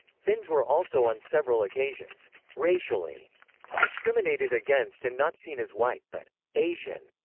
finns were also on several occasions racially discriminated against and not seen as white, but asian.